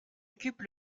occupe